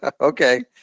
Okay